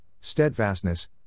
steadfastness